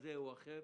כזה או אחר,